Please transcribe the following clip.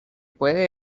puede